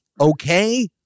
okay